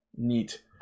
Neat